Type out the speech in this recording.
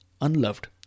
unloved